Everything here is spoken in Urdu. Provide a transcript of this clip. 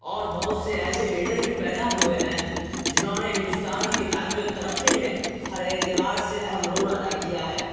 اور بہت سے ایسے لیڈر بھی پیدا ہوئے ہیں جنہوں نے ہندوستان کی تعمیر و ترقی میں ہر اعتبار سے اہم رول ادا کیا ہے